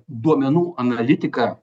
duomenų analitika